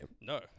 No